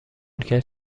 کرد